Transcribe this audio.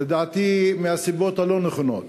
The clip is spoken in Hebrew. לדעתי מהסיבות הלא-נכונות.